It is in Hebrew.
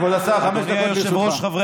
כבוד השר, חמש דקות לרשותך.